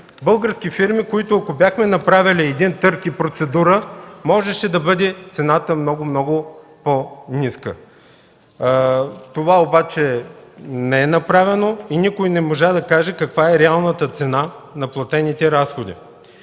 български фирми, но ако бяхме направили един търг и процедура, цената можеше да бъде много, много по-ниска. Това обаче не е направено и никой не можа да каже каква е реалната цена на платените разходи.